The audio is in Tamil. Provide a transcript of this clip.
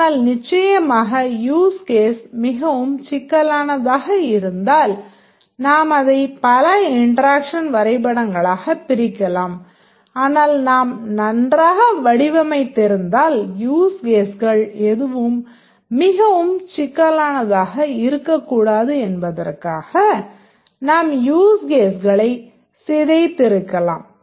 ஆனால் நிச்சயமாக யூஸ் கேஸ் மிகவும் சிக்கலானதாக இருந்தால் நாம் அதைப் பல இன்டெராக்ஷன் வரைபடங்களாகப் பிரிக்கலாம் ஆனால் நாம் நன்றாக வடிவமைத்திருந்தால் யூஸ் கேஸ்கள் எதுவும் மிகவும் சிக்கலானதாக இருக்கக்கூடாது என்பதற்காக நாம் யூஸ் கேஸ்களை சிதைத்திருக்கலாம்